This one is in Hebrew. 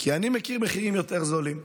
כי אני מכיר מחירים יותר זולים.